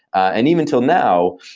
and even until now,